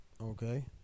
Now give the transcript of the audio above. Okay